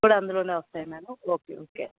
books కూడా అందుల్లోనే వస్తాయా మేడం ఓకే ఓకే